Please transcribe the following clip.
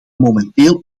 momenteel